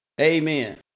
Amen